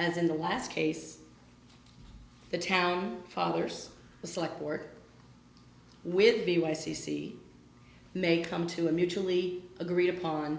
as in the last case the town fathers was like work with b y c c may come to a mutually agreed upon